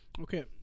Okay